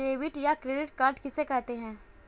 Debit या credit card किसे कहते हैं?